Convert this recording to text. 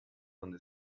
donde